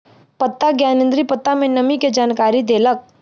पत्ता ज्ञानेंद्री पत्ता में नमी के जानकारी देलक